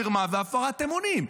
מרמה והפרת אמונים,